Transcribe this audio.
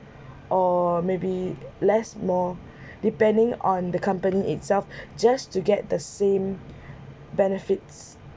or maybe less more depending on the company itself just to get the same benefits